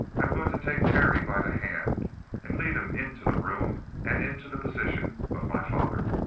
i'm going to take terry by the hand and lead him into the room and into the position of my father!